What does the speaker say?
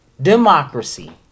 Democracy